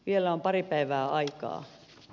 vielä on pari päivää aikaa